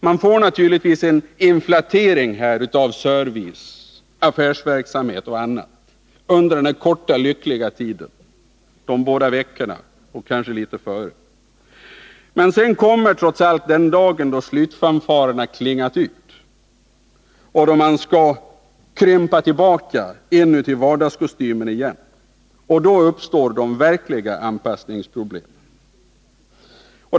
Man får naturligtvis en inflatering i service, affärsverksamhet och annat under den korta lyckliga tiden — de båda veckorna och kanske en liten tid före — men sedan kommer trots allt den dag då slutfanfarerna klingat ut och det gäller att krympa för att passa vardagskostymen igen. Då uppstår de verkliga anpassningsproblemen.